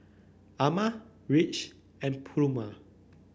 Ama Ridge and Pluma